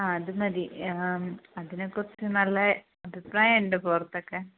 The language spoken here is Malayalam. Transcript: ആ അത് മതി അതിനെ കുറിച്ച് നല്ല അഭിപ്രായം ഉണ്ട് പുറത്തൊക്കെ